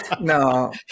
No